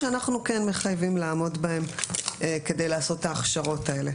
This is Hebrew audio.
שאנחנו כן מחייבים לעמוד בהן כדי לעשות את ההכשרות האלה".